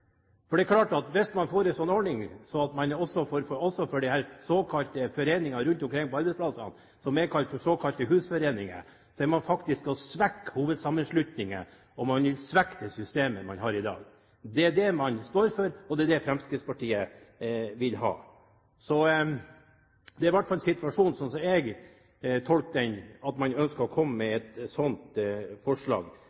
Hvis man får en slik ordning også for de foreningene rundt omkring på arbeidsplassene som jeg kaller for såkalte husforeninger, er man faktisk med på å svekke hovedsammenslutningene og vil svekke det systemet man har i dag. Det er det de står for, det er det Fremskrittspartiet vil ha. Det er situasjonen, i hvert fall slik jeg tolker den. Man fremmer et slikt forslag for å svekke fagbevegelsen, spesielt når det gjelder lønnsforhandlinger. Det vil snart bli slik på den enkelte arbeidsplass at